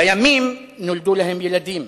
לימים נולדו להם ילדים.